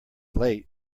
late